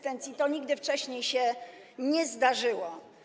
To nigdy wcześniej się nie zdarzyło.